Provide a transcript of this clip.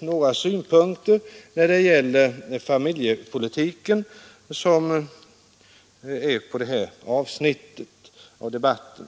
några synpunkter på familjepolitiken, som behandlas under det här avsnittet av debatten.